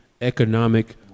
economic